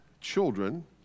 children